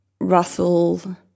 Russell